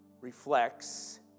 reflects